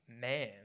man